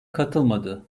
katılmadı